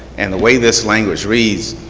and the way this language reads,